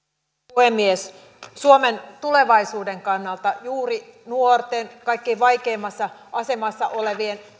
puhemies suomen tulevaisuuden kannalta juuri nuorten kaikkein vaikeimmassa asemassa olevien